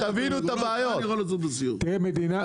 שישי בבוקר.